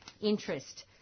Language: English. interest